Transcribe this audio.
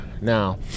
Now